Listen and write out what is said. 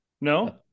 No